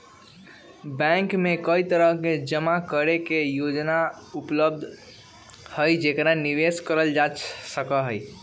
bank में कई तरह के जमा करे के योजना उपलब्ध हई जेकरा निवेश कइल जा सका हई